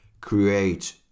create